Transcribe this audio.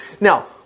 Now